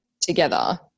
together